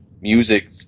music